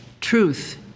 truth